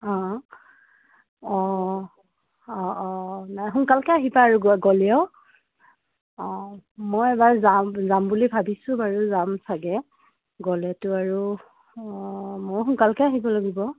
অঁ অঁ অঁ অঁ নাই সোনকালকৈ আহিবা আৰু গ'লেও অঁ মই এবাৰ যাম যাম বুলি ভাবিছোঁ বাৰু যাম চাগে গ'লেতো আৰু অঁ ময়ো সোনকালকৈ আহিব লাগিব